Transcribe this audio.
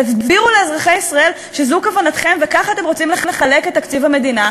תסבירו לאזרחי ישראל שזו כוונתכם וככה אתם רוצים לחלק את תקציב המדינה.